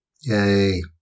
yay